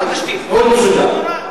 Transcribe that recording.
מאוד מסודר.